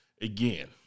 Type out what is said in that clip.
Again